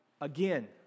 again